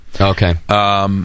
Okay